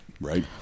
right